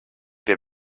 wir